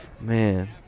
Man